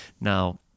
Now